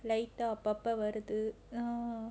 light ah அப்பப்ப வருது:appappa varuthu ah